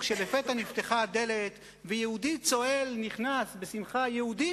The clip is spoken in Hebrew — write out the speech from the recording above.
ולפתע נפתחה הדלת ויהודי צוהל נכנס בשמחה: "יהודים,